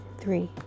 Three